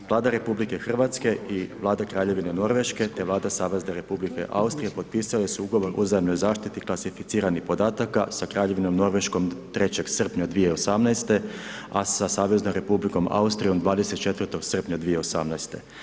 Vlada RH i Vlada Kraljevine Norveške te Vlada Savezne Republike Austrije potpisale su ugovor o uzajamnoj zaštiti klasificiranih podataka, sa Kraljevinom Norveškom 3. srpnja 2018., a sa Saveznom Republikom Austrijom 24. srpnja 2018.